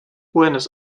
buenos